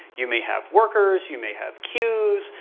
you may have workers, you may have queues,